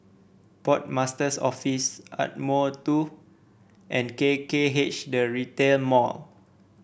Port Master's Office Ardmore Two and K K H The Retail Mall